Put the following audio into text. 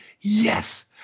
Yes